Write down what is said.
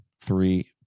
three